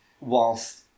Whilst